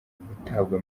gutabwa